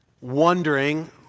wondering